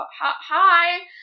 hi